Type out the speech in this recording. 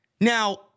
Now